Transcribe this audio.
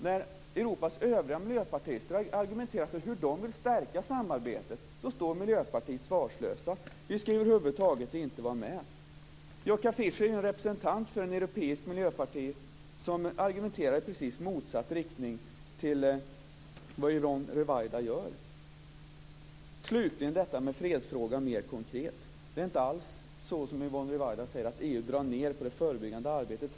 När Europas övriga miljöpartister argumenterar för hur de vill stärka samarbetet står man i Miljöpartiet svarslös. Man ska över huvud taget inte vara med. Joschka Fischer är en representant för ett europeiskt miljöparti som argumenterar i precis motsatt riktning till vad Yvonne Ruwaida gör. Slutligen detta med fredsfrågan mer konkret. Det är inte alls så som Yvonne Ruwaida säger, att EU drar ned på det förebyggande arbetet.